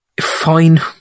fine